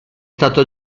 stato